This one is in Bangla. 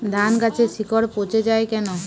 ধানগাছের শিকড় পচে য়ায় কেন?